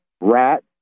rat